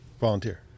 volunteer